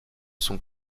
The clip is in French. sont